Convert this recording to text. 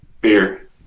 beer